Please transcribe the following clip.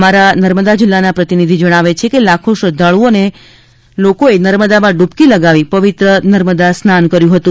અમારા પ્રતિનિધિ જણાવે છે કે લાખો શ્રદ્ધાળુઓ અને નર્મદામાં ડૂબકી લગાવી પવિત્ર નર્મદા સ્નાન કર્યું હતું